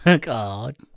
god